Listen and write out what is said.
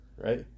Right